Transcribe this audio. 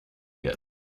yet